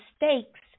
mistakes